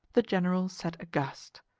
the general sat aghast.